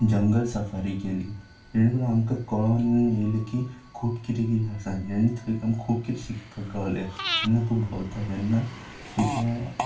जंगल सफारी पळयली जेणेकरून आमकां कळून आयलें की खूब कितें कितें आसा जेन्ना थंय आमकां खूब कितें शिकपाक गावलें तेन्ना तूं भोंवता तेन्ना तुका